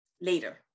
later